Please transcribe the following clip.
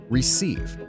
receive